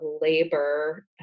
labor